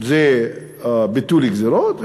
זה ביטול גזירות,